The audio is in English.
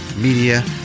Media